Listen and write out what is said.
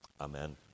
Amen